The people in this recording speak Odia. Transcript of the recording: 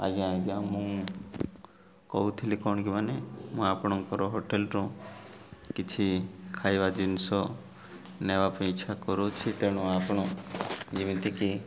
ଆଜ୍ଞା ଆଜ୍ଞା ମୁଁ କହୁଥିଲି କ'ଣ କି ମାନେ ମୁଁ ଆପଣଙ୍କର ହୋଟେଲ୍ରୁ କିଛି ଖାଇବା ଜିନିଷ ନେବା ପାଇଁ ଇଚ୍ଛା କରୁଅଛି ତେଣୁ ଆପଣ ଯେମିତିକି